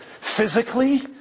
physically